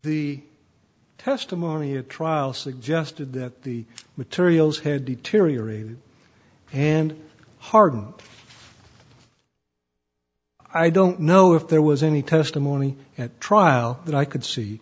the testimony at trial suggested that the materials had deteriorated and hardened i don't know if there was any testimony at trial that i could see